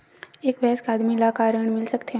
एक वयस्क आदमी ला का ऋण मिल सकथे?